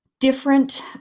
Different